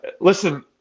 listen